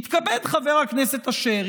יתכבד חבר הכנסת אשר,